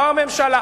באה הממשלה,